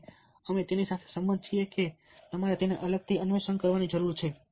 અને અમે તેની સાથે સંમત છીએ કે તમારે તેને અલગથી અન્વેષણ કરવાની જરૂર છે